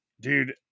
dude